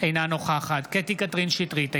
אינה נוכחת קטי קטרין שטרית,